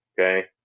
okay